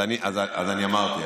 אז אמרתי,